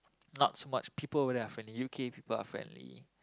not much people whether they're friendly U_K people are friendly